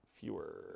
fewer